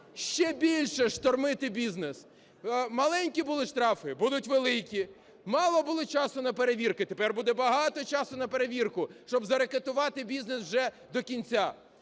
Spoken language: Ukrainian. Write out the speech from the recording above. ще більше штормити бізнес. Маленькі були штрафи – будуть великі, мало було часу на перевірки – тепер буде багато часу на перевірки, щоб зарекетувати бізнес вже до кінця.